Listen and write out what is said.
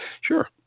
Sure